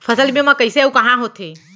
फसल बीमा कइसे अऊ कहाँ होथे?